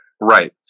Right